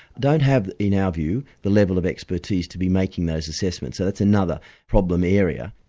don't have, in our view, the level of expertise to be making those assessments. so that's another problem area.